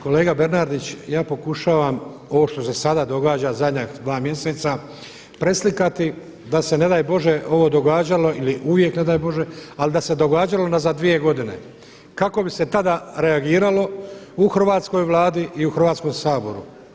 Kolega Bernardić ja pokušavam ovo što se sada događa zadnja dva mjeseca preslikati da se ne daj Bože ovo događalo ili uvijek ne daj Bože ali da se događalo unazad dvije godine, kako bi se tada reagiralo u hrvatskoj Vladi i u Hrvatskom saboru.